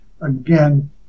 again